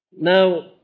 Now